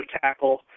tackle